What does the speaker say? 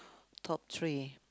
top three